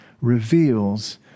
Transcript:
reveals